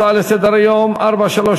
הצעה לסדר-היום מס' 432